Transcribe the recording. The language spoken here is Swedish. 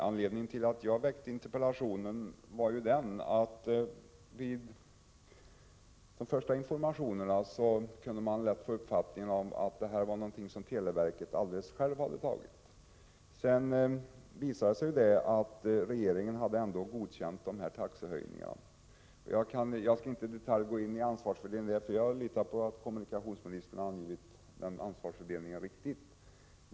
Herr talman! Att jag framställde interpellationen berodde på den första informationen i detta sammanhang, av vilken man lätt kunde få uppfattningen att det här var någonting som televerket självt hade beslutat om. Sedan visade det sig att regeringen hade godkänt taxehöjningarna i fråga. Jag skall inte gå in i detalj på det här med ansvarsfördelningen. Jag litar på att det som kommunikationsministern har angivit är riktigt.